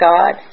God